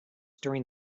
during